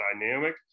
dynamic